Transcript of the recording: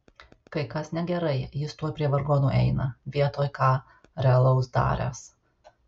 kai kas negerai jis tuoj prie vargonų eina vietoj ką realaus daręs